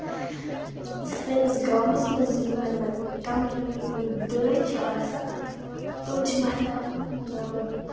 سٲنِس گامَس مَنٛز یِمَن کَمرَن دٲدۍ چھِ آسان تِم چھِ مَتھان